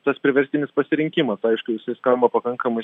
tas priverstinis pasirinkimas paaiškinusi skamba pakankamai